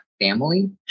family